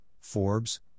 Forbes